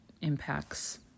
impacts